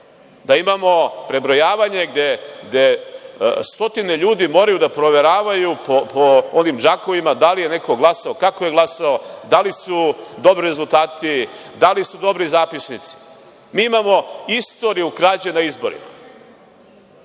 da imamo prebrojavanje gde stotine ljudi moraju da proveravaju po džakovima da li je neko glasao, kako je glasao, da li su dobri rezultati, da li su dobri zapisnici. Mi imamo istoriju krađe na izborima,